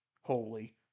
holy